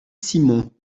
simon